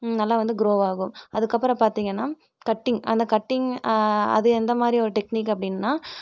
நல்லா வந்து க்ரோவ் ஆகும் அதுக்கப்பறம் பார்த்திங்கனா கட்டிங் அந்தக் கட்டிங் அது எந்தமாதிரி ஒரு டெக்னிக் அப்படின்னா